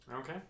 Okay